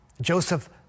Joseph